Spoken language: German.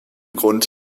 grund